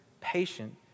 patient